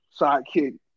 sidekick